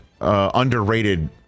underrated